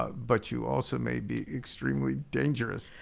ah but you also may be extremely dangerous.